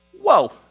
Whoa